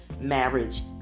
marriage